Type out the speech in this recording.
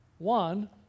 One